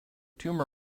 tumor